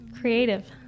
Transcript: Creative